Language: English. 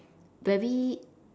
very